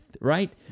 right